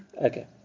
Okay